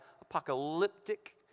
Apocalyptic